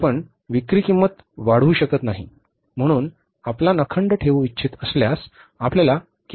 आपण विक्री किंमत वाढवू शकत नाही म्हणून आपला नफा अखंड ठेवू इच्छित असल्यास आपल्याला किंमत कमी करावी लागेल